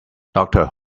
doctor